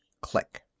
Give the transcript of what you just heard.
click